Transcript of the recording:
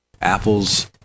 Apple's